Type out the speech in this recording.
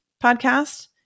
podcast